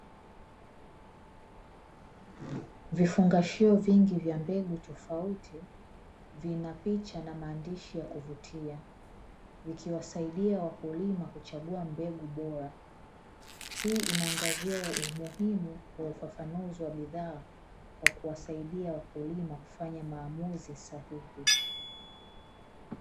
Vifungashio vingi vya mbegu tofauti vinapicha na maandishi ya kuvutia ikiwasaidia wakulima kuchagua mbegu bora, inaangazia umuhimu wa ufafanuzi wa bidhaa wa kuwasaidia wakulima kufanya maamuzi sahihi.